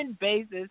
basis